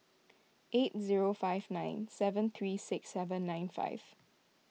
eight zero five nine seven three six seven nine five